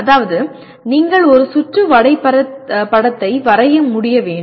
அதாவது நீங்கள் ஒரு சுற்று வரைபடத்தை வரைய முடிய வேண்டும்